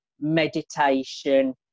meditation